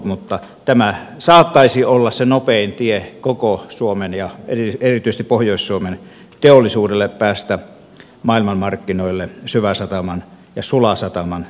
mutta tämä saattaisi olla se nopein tie koko suomen ja erityisesti pohjois suomen teollisuudelle päästä maailmanmarkkinoille syväsataman ja sulasataman kautta